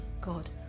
God